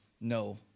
no